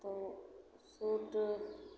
तऽ सूट